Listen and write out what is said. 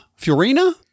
Fiorina